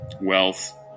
wealth